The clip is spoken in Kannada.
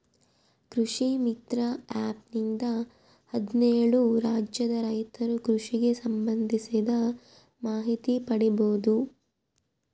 ಕೃಷಿ ಮಿತ್ರ ಆ್ಯಪ್ ನಿಂದ ಹದ್ನೇಳು ರಾಜ್ಯದ ರೈತರು ಕೃಷಿಗೆ ಸಂಭಂದಿಸಿದ ಮಾಹಿತಿ ಪಡೀಬೋದು